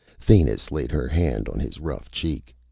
thanis laid her hand on his rough cheek.